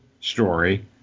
story